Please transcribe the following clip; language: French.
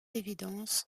évidence